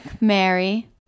Mary